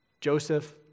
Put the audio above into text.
Joseph